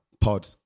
Pod